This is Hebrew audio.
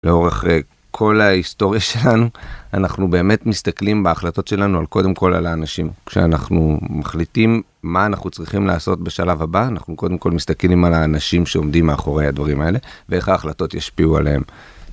לאורך כל ההיסטוריה שלנו, אנחנו באמת מסתכלים בהחלטות שלנו קודם כל על האנשים. כשאנחנו מחליטים מה אנחנו צריכים לעשות בשלב הבא, אנחנו קודם כל מסתכלים על האנשים שעומדים מאחורי הדברים האלה ואיך ההחלטות ישפיעו עליהם.